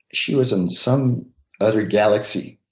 she was in some other galaxy.